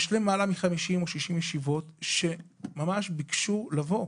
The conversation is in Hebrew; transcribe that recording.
יש למעלה מ-60-50 ישיבות שביקשו לבוא,